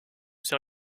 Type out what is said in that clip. sait